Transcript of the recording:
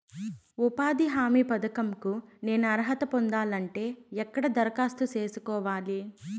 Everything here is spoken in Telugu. ఉపాధి హామీ పథకం కు నేను అర్హత పొందాలంటే ఎక్కడ దరఖాస్తు సేసుకోవాలి?